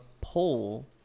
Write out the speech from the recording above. pole